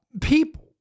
people